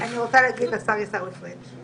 אני רוצה להגיד לשר עיסאווי פריג':